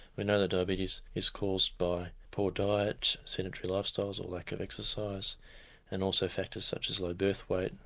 we know that diabetes is caused by poor diet, sedentary lifestyles, lack of exercise and also factors such as low birth weight,